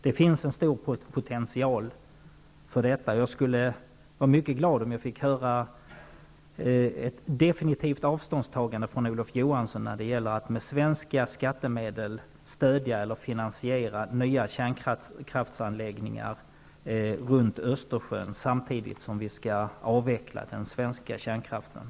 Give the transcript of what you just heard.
Det finns en stor potential för detta. Jag skulle bli mycket glad om jag fick höra ett definitivt avståndstagande från Olof Johansson när det gäller att med svenska skattemedel stödja eller finansiera nya kärnkraftsanläggningar runt Östersjön, samtidigt som den svenska kärnkraften skall avvecklas. Tack.